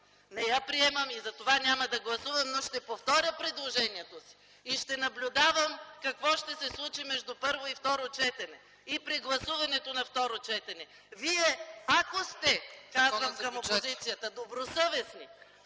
Не я приемам и затова няма да гласувам. Но ще повторя предложението си и ще наблюдавам какво ще се случи между първо и второ четене и при гласуването на второ четене. Вие, обръщам се към опозицията, ако сте добросъвестни